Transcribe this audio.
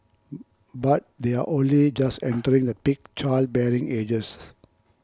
but they are only just entering the peak childbearing ages